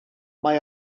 mae